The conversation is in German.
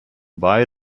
bei